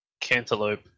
Cantaloupe